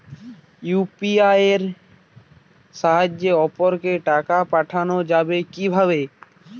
UPI এর সাহায্যে অপরকে টাকা পাঠানো যাবে কিভাবে?